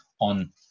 on